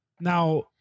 Now